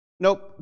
Nope